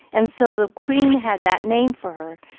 and so the queen had that name for her,